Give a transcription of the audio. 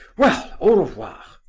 well, au revoir!